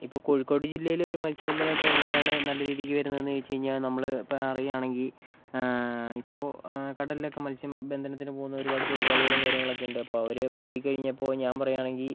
ഇപ്പോൾ കോഴിക്കോട് ജില്ലയിൽ ഒരു മത്സ്യബന്ധനമൊക്കെ എങ്ങനെയാണ് നല്ല രീതിക്ക് വരുന്നതെന്ന് ചോദിച്ച് കഴിഞ്ഞാൽ നമ്മൾ പറയുകയാണെങ്കിൽ ഇപ്പോൾ കടലിലൊക്കെ മത്സ്യം ബന്ധനത്തിന് പോകുന്ന ഒരുപാട് തൊഴിലാളികളും കാര്യങ്ങളൊക്കെ ഉണ്ട് അപ്പം അവർ പോയി കഴിഞ്ഞപ്പോൾ ഞാൻ പറയുകയാണെങ്കിൽ